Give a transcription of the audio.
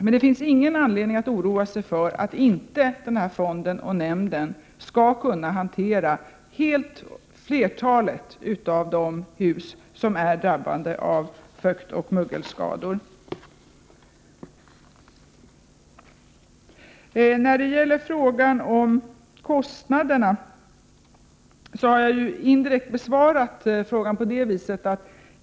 Men det finns ingen anledning att oroa sig för att fonden och nämnden inte skall kunna hantera flertalet ärenden som rör hus vilka drabbats av fuktoch mögelskador. När det gäller kostnaderna har jag indirekt besvarat den frågan.